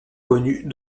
connue